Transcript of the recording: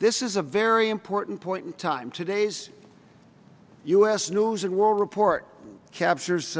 this is a very important point in time today's u s news and world report captures